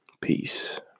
Peace